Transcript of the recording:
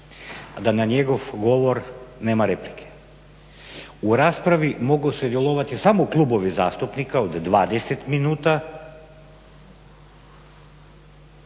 da na njegov govor nema replike. U raspravi mogu sudjelovati samo klubovi zastupnika od 20 minuta,